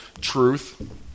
truth